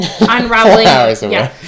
unraveling